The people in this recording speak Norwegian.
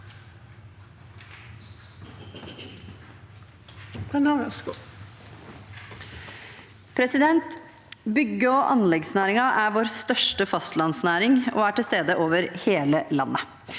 Bygg- og an- leggsnæringen er vår største fastlandsnæring og er til stede over hele landet.